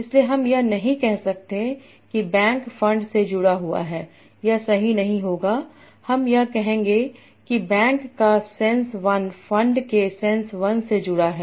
इसलिए हम यह नहीं कह सकते कि बैंक फंड से जुड़ा हुआ है यह सही नहीं होगा हम यह कहेंगे कि बैंक का सेंस 1 फंड के सेंस 1 से जुड़ा है